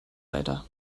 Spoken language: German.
weiter